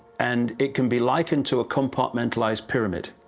and it can be likened to a compartmentalized pyramid.